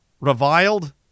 reviled